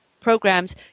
programs